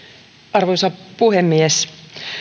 arvoisa puhemies